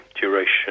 duration